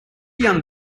young